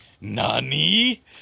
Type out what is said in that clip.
Nani